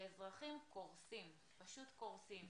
והאזרחים פשוט קורסים.